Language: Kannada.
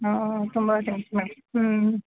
ಹಾಂ ತುಂಬ ತ್ಯಾಂಕ್ಸ್ ಮೇಡಮ್ ಹ್ಞೂ